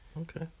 okay